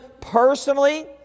personally